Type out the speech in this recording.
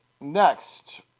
Next